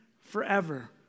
forever